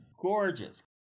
gorgeous